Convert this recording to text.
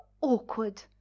awkward